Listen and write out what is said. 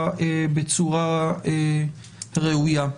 בצורה ראויה.